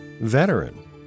veteran